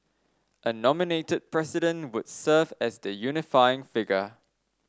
a nominated president would serve as the unifying figure